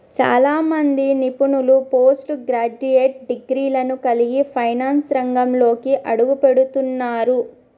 చాలా మంది నిపుణులు పోస్ట్ గ్రాడ్యుయేట్ డిగ్రీలను కలిగి ఫైనాన్స్ రంగంలోకి అడుగుపెడుతున్నరు